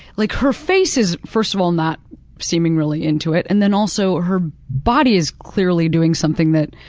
like, her face is first of all not seeming really into it, and then also her body is clearly doing something that